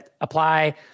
apply